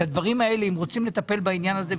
אם רוצים לטפל בעניין הזה,